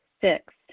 Six